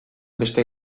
beste